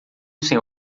sem